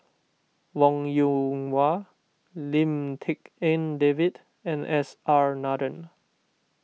Wong Yoon Wah Lim Tik En David and S R Nathan